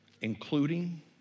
including